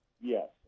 yes